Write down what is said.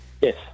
yes